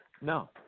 No